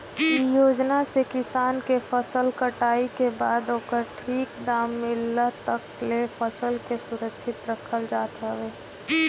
इ योजना से किसान के फसल कटाई के बाद ओकर ठीक दाम मिलला तकले फसल के सुरक्षित रखल जात हवे